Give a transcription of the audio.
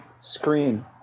screen